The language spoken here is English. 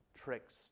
tricks